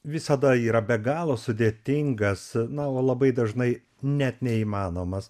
visada yra be galo sudėtingas na labai dažnai net neįmanomas